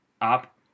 up